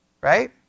right